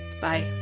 Bye